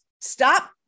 stop